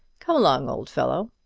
come along, old fellow.